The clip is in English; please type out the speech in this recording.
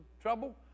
trouble